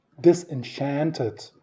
disenchanted